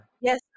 Yes